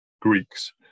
Greeks